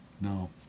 No